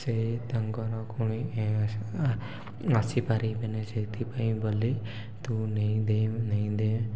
ସେ ତାଙ୍କର ପୁଣି ଆସିପାରିବେନି ସେଥିପାଇଁ ବୋଲି ତୁ ନେଇ ଦେଇଁ ଦେଇଁଦେ